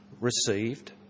received